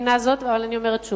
אני מבינה זאת, אבל אני אומרת שוב,